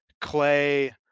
Clay